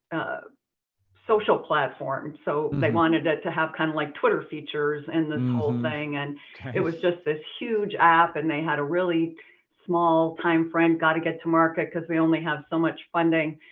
ah platform. so they wanted it to have kind of, like, twitter features and this whole thing. and it was just this huge app and they had a really small timeframe. got to get to market cause we only have so much funding.